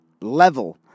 level